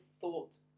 thought